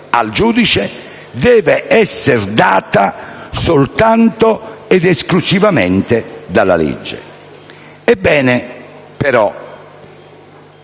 al giudice devono essere date soltanto ed esclusivamente dalla legge. Quando, però,